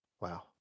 wow